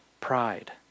pride